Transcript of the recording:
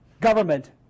government